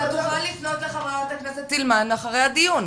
אתה תוכל לפנות לחברת הכנסת סילמן אחרי הדיון.